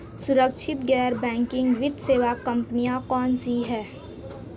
सुरक्षित गैर बैंकिंग वित्त सेवा कंपनियां कौनसी हैं?